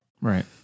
Right